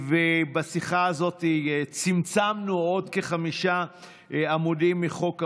בשיחה הזאת צמצמנו עוד כחמישה עמודים מחוק המטרו,